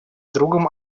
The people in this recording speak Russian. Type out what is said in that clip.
другом